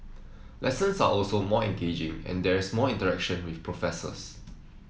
lessons are also more engaging and there's more interaction with professors